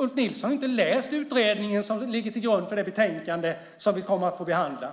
Ulf Nilsson har inte läst utredningen som ligger till grund för det betänkande som vi kommer att få behandla.